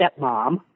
stepmom